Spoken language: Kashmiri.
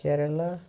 کیرلا